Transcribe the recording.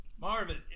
Marvin